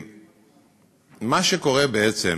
מה שקורה בעצם,